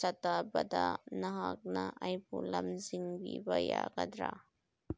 ꯆꯠꯇꯕꯗ ꯅꯍꯥꯛꯅ ꯑꯩꯕꯨ ꯂꯝꯖꯤꯡꯕꯤꯕ ꯌꯥꯒꯗ꯭ꯔꯥ